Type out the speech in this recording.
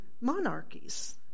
monarchies